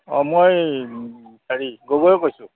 অঁ মই হেৰি গগৈয়ে কৈছোঁ